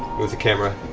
move the camera.